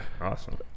Awesome